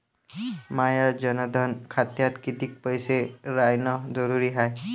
माया जनधन खात्यात कितीक पैसे रायन जरुरी हाय?